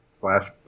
flash